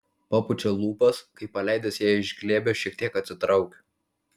papučia lūpas kai paleidęs ją iš glėbio šiek tiek atsitraukiu